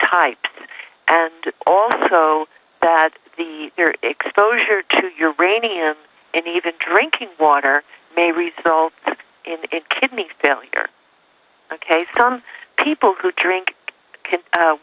types and also that the exposure to your brain ian and even drinking water may result in the kidney failure ok some people who drink